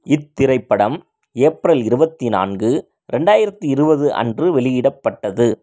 இத்திரைப்படம் ஏப்ரல் இருபத்தி நான்கு ரெண்டாயிரத்தி இருபது அன்று வெளியிடப்பட்டது